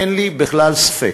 אין לי בכלל ספק,